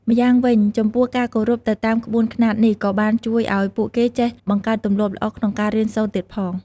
ម្យ៉ាងវិញចំពោះការគោរពទៅតាមក្បួនខ្នាតនេះក៏បានជួយឲ្យពួកគេចេះបង្កើតទម្លាប់ល្អក្នុងការរៀនសូត្រទៀតផង។